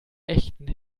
echten